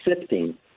sifting